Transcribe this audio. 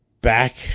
back